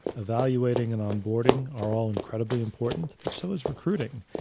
evaluating and onboarding are all incredibly important, but so is recruiting.